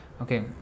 Okay